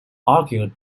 argued